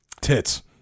Tits